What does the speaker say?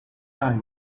eye